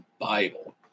Bible